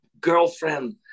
girlfriend